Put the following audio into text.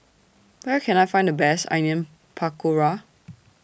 Where Can I Find The Best Onion Pakora